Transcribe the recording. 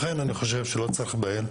לכן אני חושב שלא צריך להיבהל,